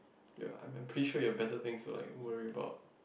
ya I'm I'm pretty sure you have better things to like worry about